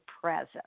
present